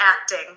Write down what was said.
acting